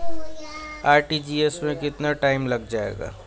RTGS में कितना time लग जाएगा?